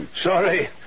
sorry